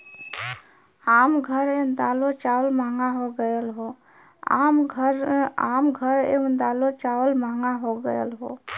आम घर ए दालो चावल महंगा हो गएल हौ